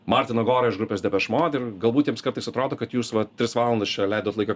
martiną gorą iš grupės depeš mod ir galbūt jiems kartais atrodo kad jūs va tris valandas čia leidot laiką